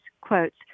quotes